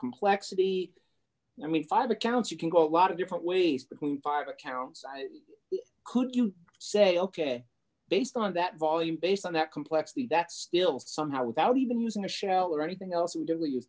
complexity i mean five accounts you can go a lot of different ways who part accounts could you say ok based on that volume based on that complexity that still somehow without even using a shell or anything else